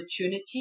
opportunity